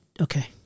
Okay